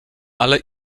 ale